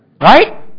Right